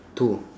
two